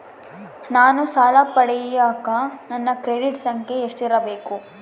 ನಾನು ಸಾಲ ಪಡಿಯಕ ನನ್ನ ಕ್ರೆಡಿಟ್ ಸಂಖ್ಯೆ ಎಷ್ಟಿರಬೇಕು?